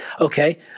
Okay